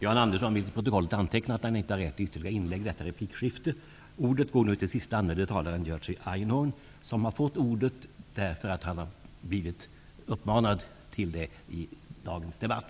Ordet går nu till siste anmälde talaren Jerzy Einhorn. Han har fått ordet efter det att han har blivit uppmanad att begära ordet i dagens debatt.